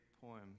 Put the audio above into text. poem